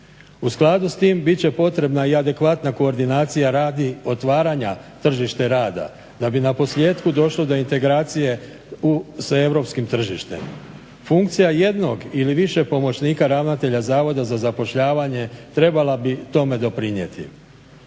U skladu s tim bit će potrebna i adekvatna koordinacija radi otvaranja tržišta rada da bi naposljetku došlo do integracije sa europskim tržištem. Funkcija jednog ili više pomoćnika ravnatelja Zavoda za zapošljavanje trebala bi tome doprinijeti.